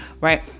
right